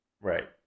Right